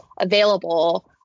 available